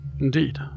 Indeed